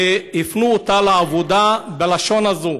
והפנו אותה לעבודה בלשון הזאת: